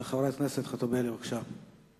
חברת הכנסת ציפי חוטובלי, בבקשה.